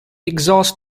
exhaust